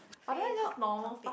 free talk topic